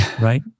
right